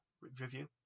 Review